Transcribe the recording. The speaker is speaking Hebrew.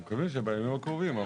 אנחנו מקווים שבימים הקרובים.